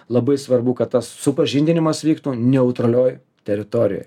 labai svarbu kad tas supažindinimas vyktų neutralioj teritorijoj